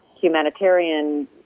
humanitarian